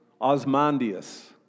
Osmondius